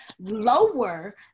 lower